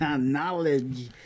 Knowledge